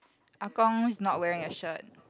ah gong is not wearing a shirt